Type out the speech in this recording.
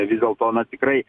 vis dėlto na tikrai